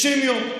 60 יום.